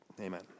Amen